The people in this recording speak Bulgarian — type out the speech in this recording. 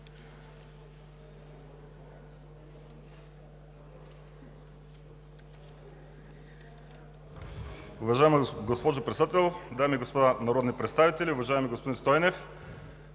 Уважаема госпожо Председател, дами и господа народни представители! Уважаеми господин Стойнев,